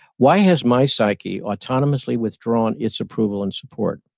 why has my psyche autonomously withdrawn its approval and support?